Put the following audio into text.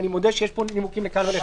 אני מודה שיש פה נימוקים לכאן ולכאן,